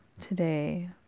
today